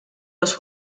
los